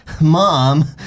Mom